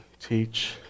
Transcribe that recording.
teach